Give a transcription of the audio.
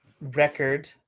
record